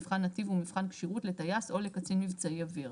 מבחן נתיב ומבחן כשירות לטייס או לקצין מבצעי אוויר.